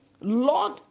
Lord